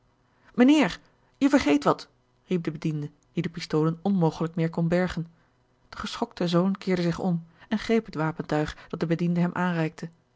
mijnheer je vergeet wat riep de bediende die de pistolen onmogelijk meer kon bergen de geschokte zoon keerde zich om en greep het wapentuig dat de bediende hem aanreikte